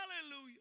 Hallelujah